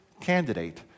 candidate